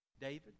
David